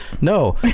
No